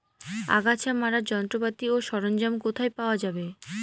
আগাছা মারার যন্ত্রপাতি ও সরঞ্জাম কোথায় পাওয়া যাবে?